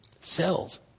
cells